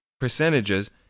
percentages